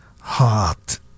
heart